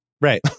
Right